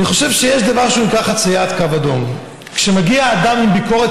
אני חושב שיש דבר שנקרא חציית קו אדום: כשמגיע אדם עם ביקורת,